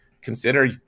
consider